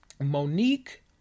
Monique